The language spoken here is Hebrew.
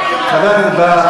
חבר הכנסת בר,